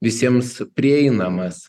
visiems prieinamas